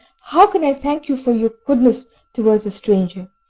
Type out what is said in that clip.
how can i thank you for your goodness towards a stranger,